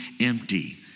empty